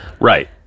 right